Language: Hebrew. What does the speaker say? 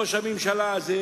ראש הממשלה הזה